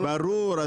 ברור.